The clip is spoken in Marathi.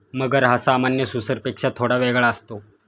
मगर हा सामान्य सुसरपेक्षा थोडा वेगळा असतो